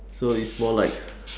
so it's more like